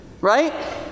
right